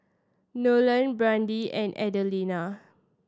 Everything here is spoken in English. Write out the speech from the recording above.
Nolen Brandi and Adelina